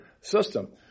system